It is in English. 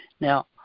Now